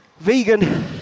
vegan